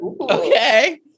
Okay